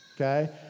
okay